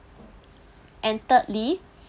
and thirdly